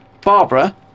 Barbara